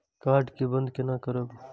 Card के बन्द केना करब?